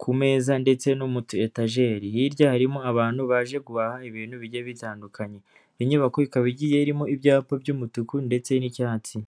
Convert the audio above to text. ku meza ndetse no mu etajeri, hirya harimo abantu baje guhaha ibintu bigiye bitandukanye, iyo nyubako ikaba igiye irimo ibyapa by'umutuku ndetse n'icyatsi.